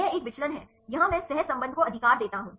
यह एक विचलन है यहां मैं सहसंबंध को अधिकार देता हूं